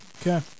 Okay